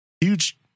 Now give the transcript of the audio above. huge